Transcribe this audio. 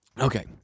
Okay